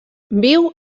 viu